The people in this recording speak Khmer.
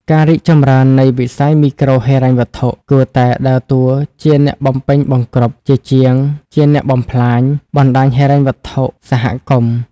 ការរីកចម្រើននៃវិស័យមីក្រូហិរញ្ញវត្ថុ គួរតែដើរតួជា "អ្នកបំពេញបង្គ្រប់" ជាជាងជា "អ្នកបំផ្លាញ" បណ្តាញហិរញ្ញវត្ថុសហគមន៍។